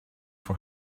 for